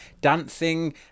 dancing